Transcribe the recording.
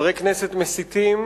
חברי כנסת מסיתים,